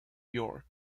york